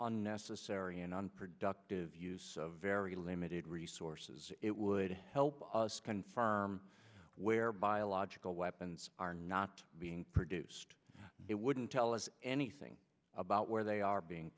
necessary and unproductive use of very limited resources it would help us confirm where biological weapons are not being produced it wouldn't tell us anything about where they are being